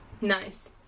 Nice